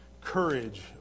Courage